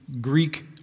Greek